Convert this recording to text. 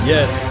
Yes